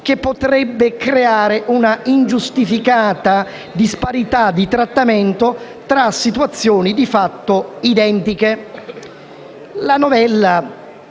che potrebbe creare una ingiustificata disparità di trattamento tra situazioni di fatto identiche.